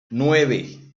nueve